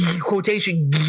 quotation